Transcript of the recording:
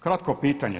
Kratko pitanje.